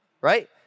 Right